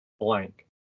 Blank